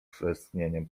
westchnieniem